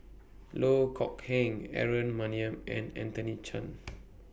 Loh Kok Heng Aaron Maniam and Anthony Chen